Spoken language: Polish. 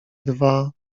dwa